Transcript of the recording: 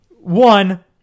One